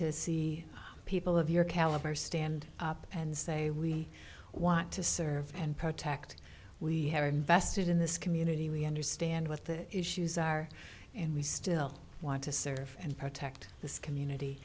to see people of your caliber stand up and say we want to serve and protect we have invested in this community we understand what the issues are and we still want to serve and protect this community